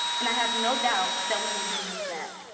and i have no doubt that we will do just that.